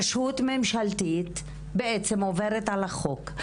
רשות ממשלתית בעצם עוברת על החוק.